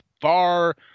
far